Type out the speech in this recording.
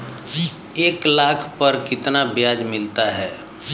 एक लाख पर कितना ब्याज मिलता है?